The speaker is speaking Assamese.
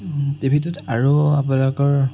টিভিটোত আৰু আপোনালোকৰ